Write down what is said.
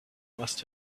must